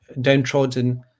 downtrodden